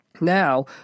Now